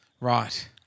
Right